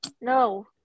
No